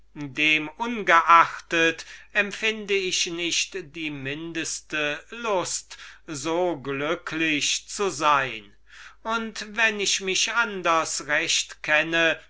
ungeachtet empfinde ich nicht die mindeste lust so glücklich zu sein und wenn ich mich anders recht kenne